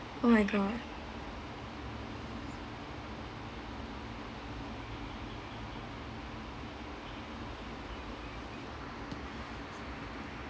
oh my god